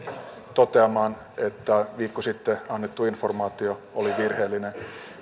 toteamaan että viikko sitten annettu informaatio oli virheellinen